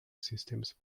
systems